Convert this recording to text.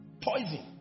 Poison